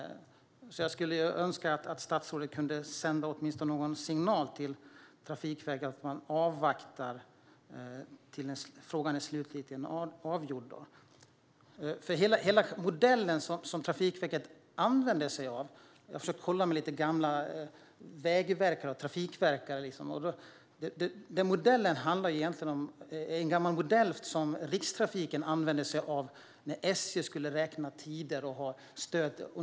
Jag skulle därför önska att statsrådet kunde sända åtminstone någon signal till Trafikverket om att avvakta tills frågan är slutgiltigt avgjord. Jag har försökt kolla med lite gamla vägverkare och trafikverkare, och den modell som Trafikverket använder sig av är egentligen en gammal modell som Rikstrafiken använde sig av när SJ skulle räkna tider och ges stöd.